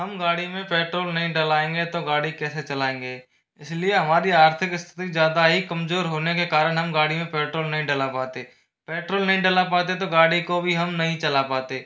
हम गाड़ी में पेट्रोल नहीं डलाएंगे तो गाड़ी कैसे चलाएंगे इसलिए हमारी आर्थिक स्थिति ज़्यादा ही कमजोर होने के कारण हम गाड़ी में पेट्रोल नहीं डलवा पाते पेट्रोल नहीं डलवा पाते तो गाड़ी को भी हम नहीं चला पाते